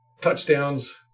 touchdowns